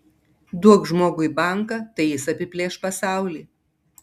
duok žmogui banką tai jis apiplėš pasaulį